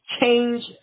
change